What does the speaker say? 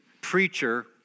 preacher